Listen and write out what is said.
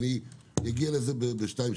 אני אגע בזה בשתיים,